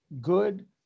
good